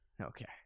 Okay